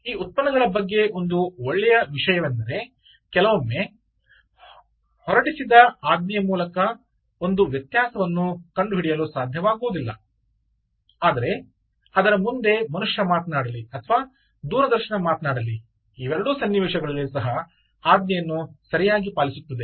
ಈ ಉತ್ಪನ್ನಗಳ ಬಗ್ಗೆ ಒಂದು ಒಳ್ಳೆಯ ವಿಷಯವೆಂದರೆ ಕೆಲವೊಮ್ಮೆ ಹೊರಡಿಸಿದ ಆಜ್ಞೆಯ ಮೂಲಕ ಒಂದು ವ್ಯತ್ಯಾಸವನ್ನು ಕಂಡುಹಿಡಿಯಲು ಸಾಧ್ಯವಾಗುವುದಿಲ್ಲ ಅದರ ಮುಂದೆ ಮನುಷ್ಯ ಮಾತನಾಡಲಿ ಅಥವಾ ದೂರದರ್ಶನ ಮಾತನಾಡಲಿ ಇವೆರಡೂ ಸನ್ನಿವೇಶಗಳಲ್ಲಿ ಸಹ ಆಜ್ಞೆಯನ್ನು ಸರಿಯಾಗಿ ಪರಿಪಾಲಿಸುತ್ತದೆ